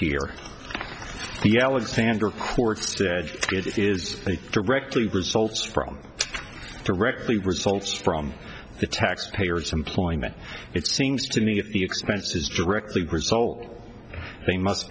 here the alexander of course is directly results from directly results from the tax payers employment it seems to me at the expense is directly result they must